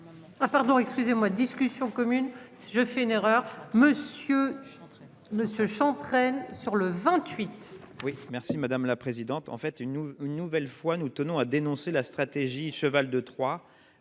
Ah pardon excusez-moi, discussion commune si je fais une erreur, Monsieur. Monsieur entraîne sur le 28. Oui merci madame la présidente, en fait une une nouvelle fois, nous tenons à dénoncer la stratégie cheval de Troie